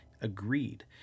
agreed